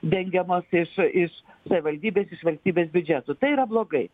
dengiamos iš iš savivaldybės iš valstybės biudžeto tai yra blogai